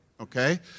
Okay